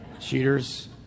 cheaters